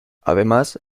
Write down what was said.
además